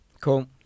Cool